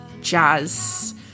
jazz